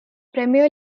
premier